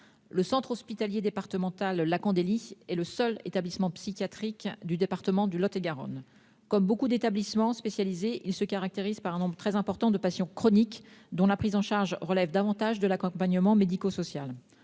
le centre hospitalier départemental (CHD) La Candélie est le seul établissement psychiatrique du département de Lot-et-Garonne. Comme beaucoup d'établissements spécialisés, il se caractérise par un nombre très important de patients atteints de maladies chroniques, dont la prise en charge relève avant tout de l'accompagnement médico-social.